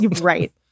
Right